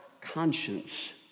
conscience